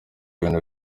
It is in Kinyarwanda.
ibintu